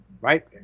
Right